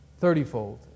thirtyfold